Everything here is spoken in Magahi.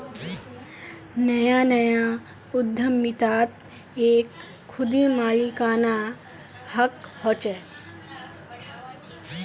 नया नया उद्दमितात एक खुदी मालिकाना हक़ होचे